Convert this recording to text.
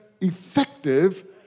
effective